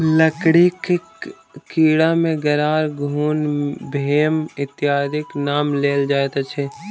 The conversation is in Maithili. लकड़ीक कीड़ा मे गरार, घुन, भेम इत्यादिक नाम लेल जाइत अछि